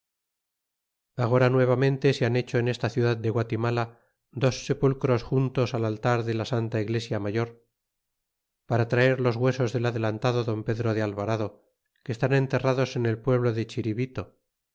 agora nuevamente se han hecho en esta ciudad de guatimala dos sepulcros juntos al altar de la santa iglesia mayor para traer los huesos del adelantado don pedro de alvarado que estan enterrados en el pueblo de